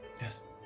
Yes